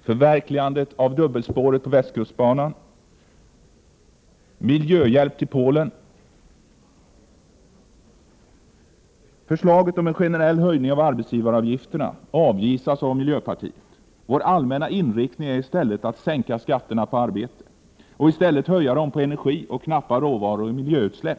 förverkligandet av dubbelspåret på västkustbanan och miljöhjälp till Polen. Förslaget om en generell höjning av arbetsgivaravgifterna avvisas av miljöpartiet. Vår allmänna inriktning är att sänka skatterna på arbete och i stället höja dem på energi, knappa råvaror och miljöutsläpp.